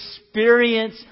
experience